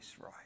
right